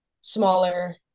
smaller